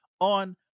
on